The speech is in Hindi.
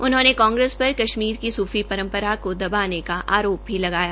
उन्होंने कांग्रेस पर कश्मीर की सुफी परम्परा को दबाने का आरोप भी लगाया